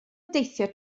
deithio